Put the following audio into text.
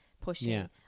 pushing